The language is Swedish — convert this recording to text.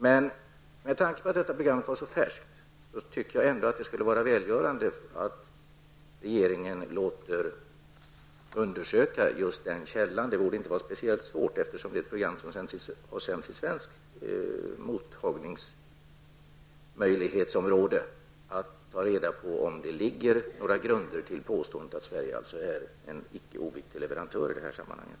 Men med tanke på att programmet var så färskt tycker jag ändå att det skulle vara välgörande om regeringen lät undersöka just den källan -- eftersom programmet har sänts i det område där svenska program kan mottas borde det inte vara särskilt svårt att ta reda på om det finns några grunder för påståendet att Sverige är en icke oviktig leverantör i det här sammanhanget.